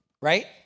right